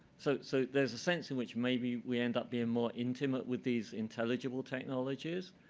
so so there's a sense in which maybe we ends up being more intimate with these intelligible technologies,